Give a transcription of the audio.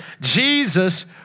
Jesus